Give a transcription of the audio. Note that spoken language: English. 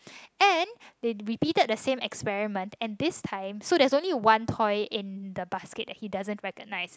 and they repeated the same experiment and this time so there's only one toy in the basket that he doesn't recognize